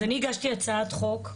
אני הגשתי הצעת חוק,